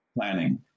planning